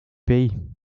pays